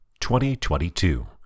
2022